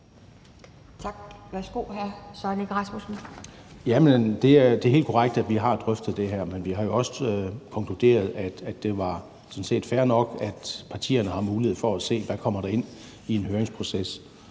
Kl. 11:49 Søren Egge Rasmussen (EL): Jamen det er helt korrekt, at vi har drøftet det her, men vi har jo også konkluderet, at det sådan set er fair nok, at partierne har mulighed for at se, hvad der kommer ind i høringsprocessen,